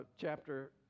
chapter